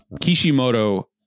Kishimoto